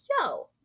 yo